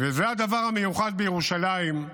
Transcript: וזה הדבר המיוחד בירושלים,